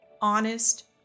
Honest